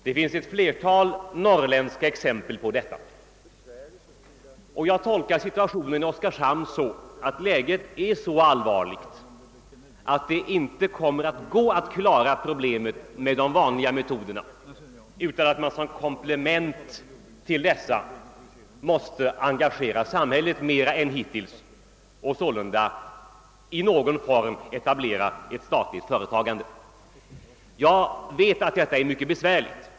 Det finns ett flertal norrländska exempel på detta. Jag betraktar situationen i Oskarshamn som så allvarlig, att det inte kommer att gå att klara problemen med de vanliga metoderna utan att man som komplement till dessa måste engagera samhället mera än hittills och sålunda i någon form etablera ett statligt företagande. Jag vet att detta är mycket besvärligt.